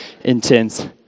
intense